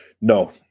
No